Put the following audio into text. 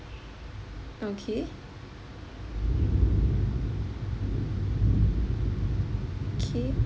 okay okay